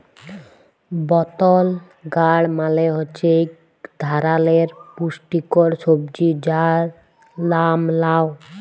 বতল গাড় মালে হছে ইক ধারালের পুস্টিকর সবজি যার লাম লাউ